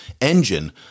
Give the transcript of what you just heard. engine